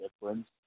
difference